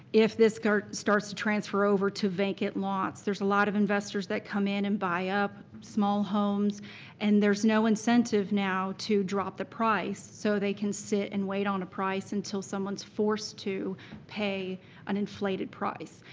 if this starts starts to transfer over to vacant lots, there's a lot of investors that come in and buy up small homes and there's no incentive now to drop the price so they can sit and wait on a price until someone's forced to pay an inflated price.